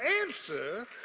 answer